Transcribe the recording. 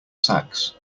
sax